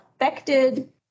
affected